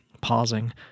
pausing